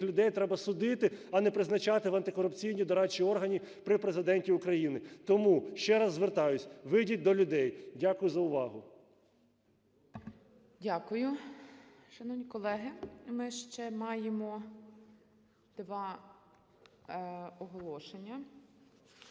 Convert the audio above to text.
людей треба судити, а не призначати в антикорупційні дорадчі органи при Президенті України. Тому ще раз звертаюсь: вийдіть до людей. Дякую за увагу. ГОЛОВУЮЧИЙ. Дякую. Шановні колеги, ми ще маємо два оголошення.